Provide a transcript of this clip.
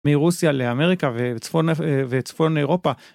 מרוסיה לאמריקה וצפון אירופה.